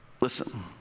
Listen